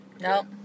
Nope